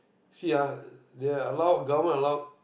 see ah they allow government allow